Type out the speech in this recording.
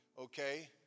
okay